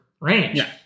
range